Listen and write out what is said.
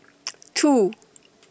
two